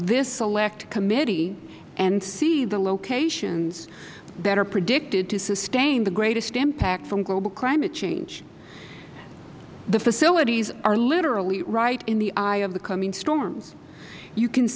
this select committee and see the locations that are predicted to sustain the greatest impact from global climate change the facilities are literally right in the eye of the coming storms you can